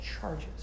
charges